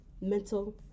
Mental